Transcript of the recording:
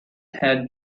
had